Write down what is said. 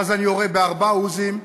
ואז אני יורה בארבעה עוזים,